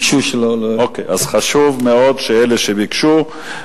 אז חשוב מאוד שאלה שביקשו,